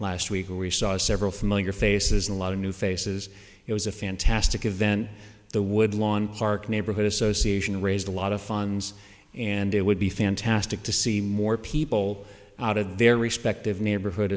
last week and we saw several familiar faces a lot of new faces it was a fantastic event the woodlawn park neighborhood association raised a lot of funds and it would be fantastic to see more people out of their respective neighborhood